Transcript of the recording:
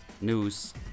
news